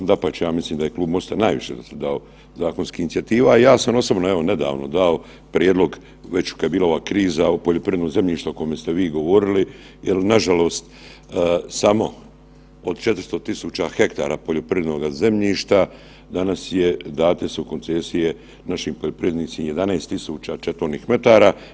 Dapače, ja mislim da je Klub MOST-a najviše dosad dao zakonskih inicijativa i ja sam osobno evo nedavno dao prijedlog već kad je bila ova kriza o poljoprivrednom zemljištu o kojem ste vi govorili jel nažalost samo od 400 000 hektara poljoprivrednoga zemljišta danas je, date su koncesije našim poljoprivrednicima 11 000 četvornih metara.